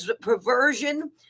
perversion